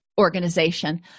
organization